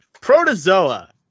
Protozoa